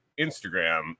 Instagram